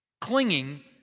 Clinging